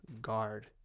guard